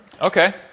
Okay